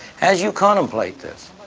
as you contemplate this,